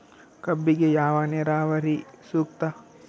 ಕಬ್ಬಿಗೆ ಯಾವ ನೇರಾವರಿ ಸೂಕ್ತ?